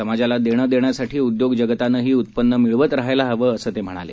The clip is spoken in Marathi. समाजाला देणं देण्यासाठी उद्योग जगतानंही उत्पन्न मिळवत राहायला हवं असं ते म्हणाले